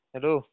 Hello